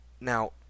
Now